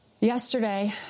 Yesterday